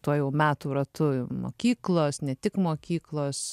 tuo jau metų ratu mokyklos ne tik mokyklos